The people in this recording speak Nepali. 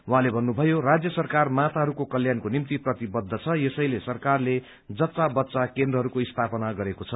उहाँले भन्नुभयो राज्य सरकार माताहरूको कल्याणको निम्ति प्रतिबद्ध छ यसैले सरकारले जच्चा बच्चा केन्द्रहरूको स्थापना गरेको छ